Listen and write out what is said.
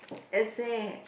is it